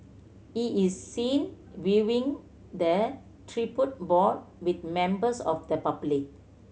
he is seen viewing the tribute board with members of the public